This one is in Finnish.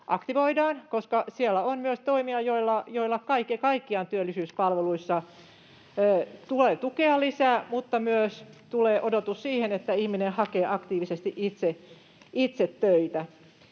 aktivoidaan, koska siellä on myös toimia, joilla kaiken kaikkiaan työllisyyspalveluissa tulee tukea lisää, mutta myös tulee odotus siihen, että ihminen hakee aktiivisesti itse töitä.